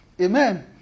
Amen